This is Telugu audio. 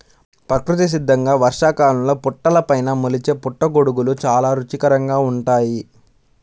ప్రకృతి సిద్ధంగా వర్షాకాలంలో పుట్టలపైన మొలిచే పుట్టగొడుగులు చాలా రుచికరంగా ఉంటాయి